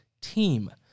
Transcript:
team